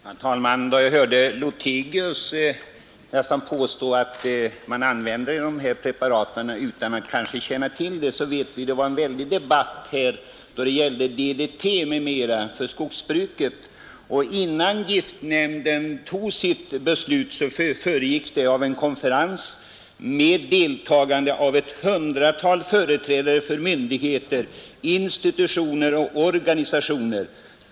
Herr talman! Efter att ha hört herr Lothigius, om jag fattade rätt, nästan påstå att man använder farliga preparat utan att riktigt känna till dem så vill jag erinra om att det var en väldig debatt här då det gällde DDT m.m. i skogsbruket. Giftnämndens beslut föregicks av en konferens med deltagande av ett hundratal företrädare för myndigheter, institutioner och organisationer.